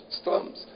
storms